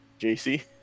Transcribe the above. JC